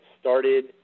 started